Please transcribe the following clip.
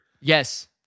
Yes